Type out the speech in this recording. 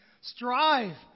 strive